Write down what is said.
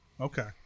okay